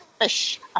fish